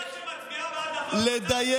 אתה שם לב שאין אישה אחת שמצביעה בעד החוק שהצעת,